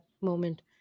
moment